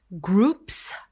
groups